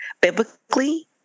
biblically